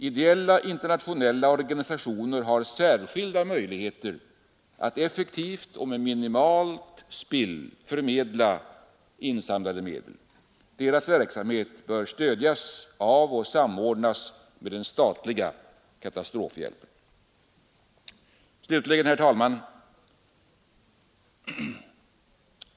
Ideella internationella organisationer har särskilda möjligheter att effektivt och med minimalt spill förmedla insamlade medel. Deras verksamhet bör stödjas av och samordnas med den statliga katastrofhjälpen.” Herr talman!